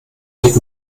wird